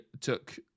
took